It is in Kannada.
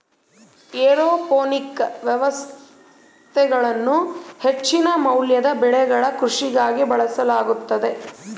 ಏರೋಪೋನಿಕ್ ವ್ಯವಸ್ಥೆಗಳನ್ನು ಹೆಚ್ಚಿನ ಮೌಲ್ಯದ ಬೆಳೆಗಳ ಕೃಷಿಗಾಗಿ ಬಳಸಲಾಗುತದ